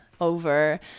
over